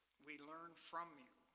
we learn from you,